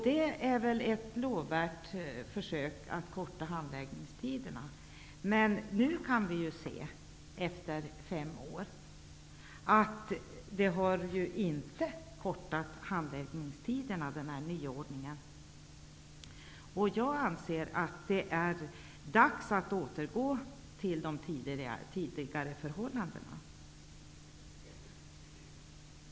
Detta var ett lovvärt försök att göra handläggningstiderna kortare. Men efter fem år kan vi nu se att denna nyordning inte har gjort handläggningstiderna kortare. Jag anser att det är dags att återgå till de tidigare förhållandena.